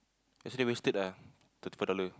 actually wasted ah thirty four dollar